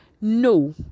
no